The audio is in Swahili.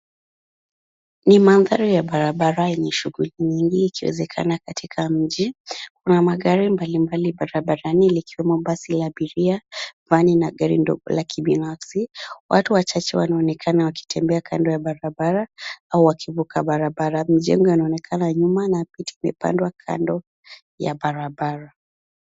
Ni mandhari ya barabara yenye shughuli nyingi ikiwezekana katika mji. Kuna magari mbalimbali barabarani likiwemo basi la abiria na gari ndogo la kibinafsi. Watu wachache wanaonekana wakitembea kando ya barabara au wakivuka barabara. Majengo yanaonekana nyuma na miti imepandwa kando ya barabara.